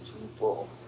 people